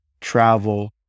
travel